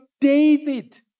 David